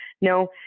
no